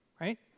right